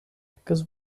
because